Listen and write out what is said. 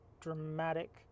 dramatic